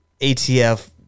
ATF